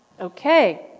Okay